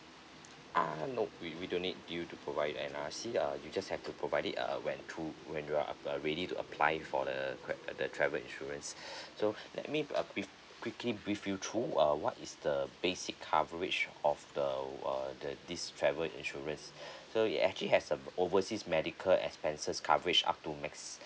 ah nope we we don't need you to provide N_R_I_C uh you just have to provide it uh when through when you are uh ready to apply for the uh the travel insurance so let me uh brief quickly brief you through uh what is the basic coverage of the err the this travel insurance so it actually has a overseas medical expenses coverage up to max